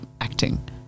acting